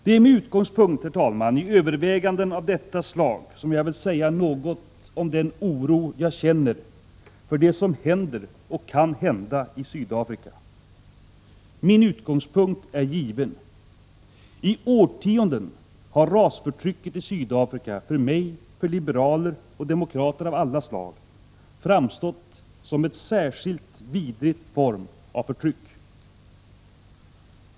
Det är med utgångspunkt, herr talman, i överväganden av detta slag som jag vill säga något om den oro jag känner för det som händer och kan hända i Sydafrika. Min utgångspunkt är given. I årtionden har rasförtrycket i Sydafrika för mig, för andra liberaler och för demokrater av alla slag framstått som en särskilt vidrig form av förtryck.